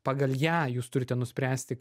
pagal ją jūs turite nuspręsti